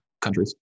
countries